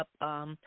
up